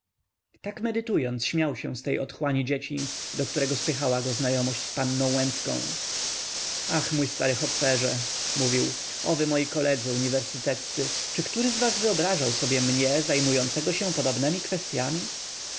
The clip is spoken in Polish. tak medytując śmiał się z tej otchłani dzieciństw do której spychała go znajomość z panną izabelą ach mój stary hopferze mówił o wy moi koledzy uniwersyteccy czy który z was wyobrażał sobie mnie zajmującego się podobnemi kwestyami